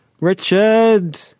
Richard